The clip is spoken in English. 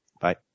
Bye